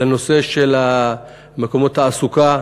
לנושא של מקומות תעסוקה,